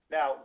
Now